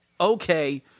okay